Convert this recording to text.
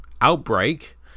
Outbreak